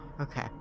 okay